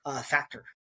factor